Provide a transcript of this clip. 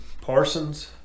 Parsons